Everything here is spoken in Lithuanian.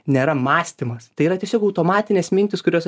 nėra mąstymas tai yra tiesiog automatinės mintys kurios